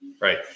Right